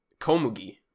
Komugi